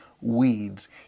weeds